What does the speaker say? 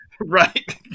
Right